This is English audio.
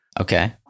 Okay